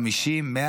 50,000?